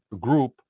group